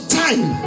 time